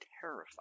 terrified